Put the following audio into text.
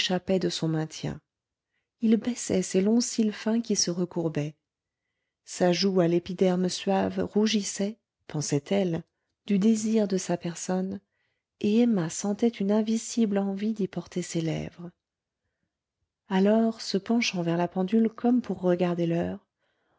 de son maintien il baissait ses longs cils fins qui se recourbaient sa joue à l'épiderme suave rougissait pensait-elle du désir de sa personne et emma sentait une invincible envie d'y porter ses lèvres alors se penchant vers la pendule comme pour regarder l'heure